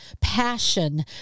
passion